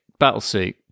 Battlesuit